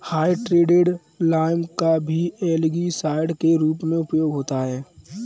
hydrated lime का भी algicide के रूप में उपयोग होता है